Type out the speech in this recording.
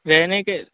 رہنے کے